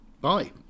Bye